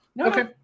okay